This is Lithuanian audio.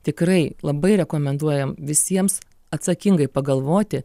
tikrai labai rekomenduojam visiems atsakingai pagalvoti